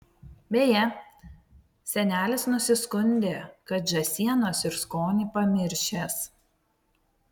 beje senelis nusiskundė kad žąsienos ir skonį pamiršęs